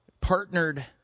partnered